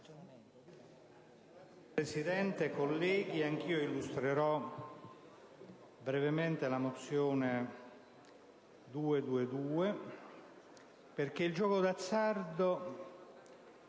Presidente, colleghi, anch'io illustrerò brevemente la mozione n. 222. Il gioco d'azzardo